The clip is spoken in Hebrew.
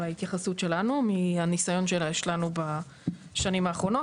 ההתייחסות שלנו מהניסיון שיש לנו בשנים האחרונות,